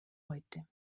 heute